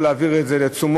או להעביר את זה לתשומות,